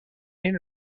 این